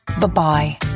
Bye-bye